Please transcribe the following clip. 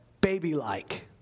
baby-like